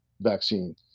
vaccine